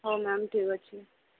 ହଉ ମ୍ୟାମ୍ ଠିକ୍ ଅଛି